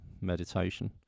Meditation